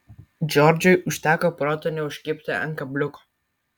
džordžui užteko proto neužkibti ant kabliuko